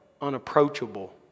Unapproachable